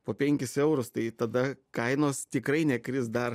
po penkis eurus tai tada kainos tikrai nekris dar